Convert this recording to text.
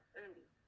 early